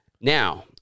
Now